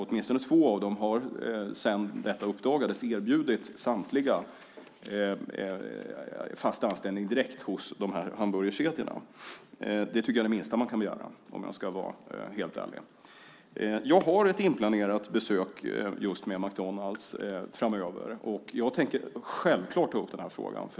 Åtminstone två av dem har sedan detta uppdagades erbjudit samtliga fast anställning direkt hos kedjan. Det tycker jag är det minsta man kan begära, om jag ska vara helt ärlig. Jag har ett inplanerat besök just hos McDonalds framöver, och jag tänker självklart ta upp den här frågan.